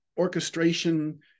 orchestration